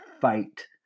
fight